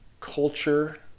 culture